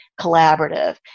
collaborative